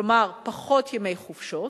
כלומר פחות ימי חופשות.